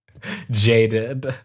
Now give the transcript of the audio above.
jaded